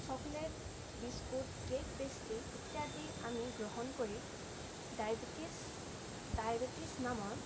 chocolate biscuit cake pastry ইত্যাদি আমি গ্ৰহণ কৰি ডায়বেটিছ ডায়বেটিছ নামৰ